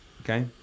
okay